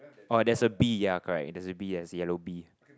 orh there's a bee ya correct there's a bee yes a yellow bee